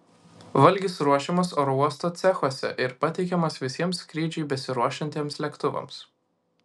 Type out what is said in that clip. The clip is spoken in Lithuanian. valgis ruošiamas oro uosto cechuose ir pateikiamas visiems skrydžiui besiruošiantiems lėktuvams